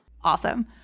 Awesome